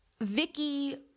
Vicky